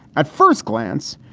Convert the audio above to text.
at first glance,